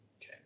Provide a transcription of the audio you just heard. Okay